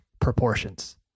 proportions